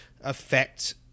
affect